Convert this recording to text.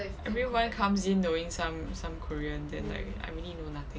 everyone comes in knowing some some korean then like I only know nothing